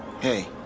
hey